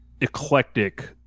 eclectic